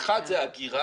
האחד הוא האגירה,